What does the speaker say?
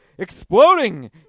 exploding